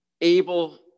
able